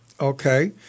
Okay